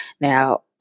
Now